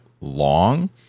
long